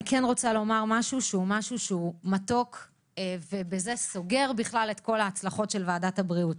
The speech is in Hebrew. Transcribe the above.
אני רוצה להגיד משהו מתוק שסוגר את כל ההצלחות של ועדת הבריאות,